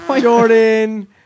Jordan